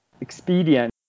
expedient